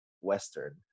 Western